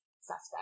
suspect